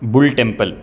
bull temple